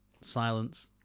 silence